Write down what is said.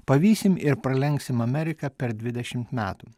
pavysim ir pralenksime ameriką per dvidešimt metų